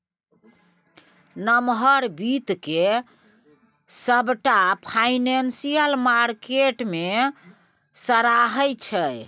नमहर बित्त केँ सबटा फाइनेंशियल मार्केट मे सराहै छै